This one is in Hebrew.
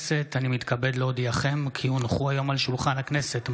היום על שולחן הכנסת,